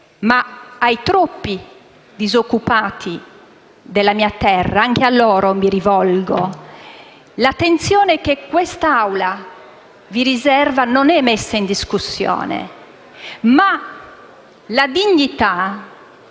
ai troppi disoccupati della mia terra - anche a loro mi rivolgo - l'attenzione che questa Assemblea vi riserva non è messa in discussione. Ma la dignità di